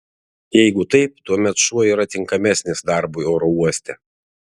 jeigu taip tuomet šuo yra tinkamesnis darbui oro uoste